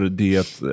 det